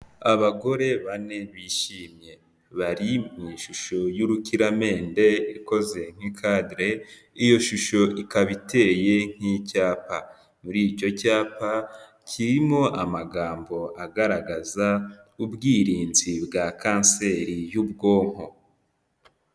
Abagore bane bishimye, bari mu ishusho y'urukiramende ikoze nk'ikadere, iyo shusho ikaba iteye nk'icyapa, muri icyo cyapa kirimo amagambo agaragaza ubwirinzi bwa kanseri y'ubwonko.